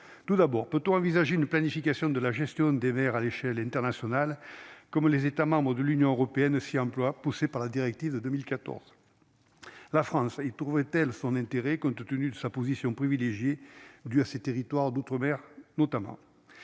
tout d'abord, peut-on envisager une planification de la gestion des Verts à l'échelle internationale, comme les États de l'Union européenne aussi emploie poussés par la directive de 2014 la France y trouvait-t-elle son intérêt compte tenu de sa position privilégiée du à ces territoires d'outre-mer, notamment